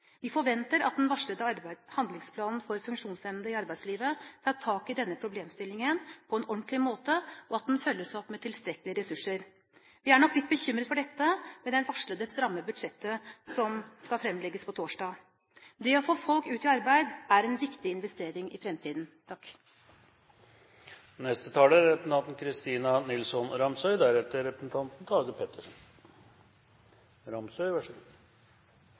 Vi forventer at den varslede handlingsplanen for funksjonshemmede i arbeidslivet tar tak i denne problemstilling på en ordentlig måte, og at den følges opp med tilstrekkelige ressurser. Vi er nok litt bekymret for dette med det varslede stramme budsjettet som skal fremlegges på torsdag. Det å få folk ut i arbeid er en viktig investering i fremtiden.